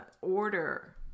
order